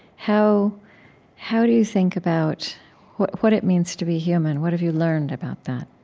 how how do you think about what what it means to be human? what have you learned about that?